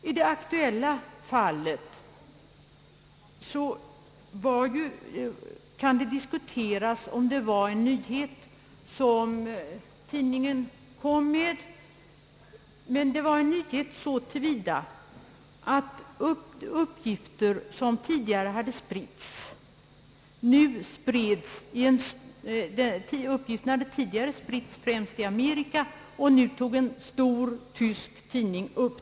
I det aktuella fallet kan det diskuteras om det var en nyhet i sak som tidningen kom med, men det var en nyhet att uppgifter som tidigare hade spritts främst i Amerika nu togs upp av en stor tysk tidning.